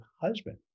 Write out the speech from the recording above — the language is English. husband